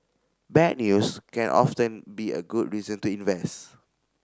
bad news can often be a good reason to invest